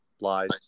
lies